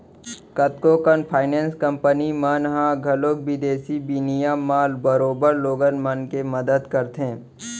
कतको कन finance company मन ह घलौक बिदेसी बिनिमय म बरोबर लोगन मन के मदत करथे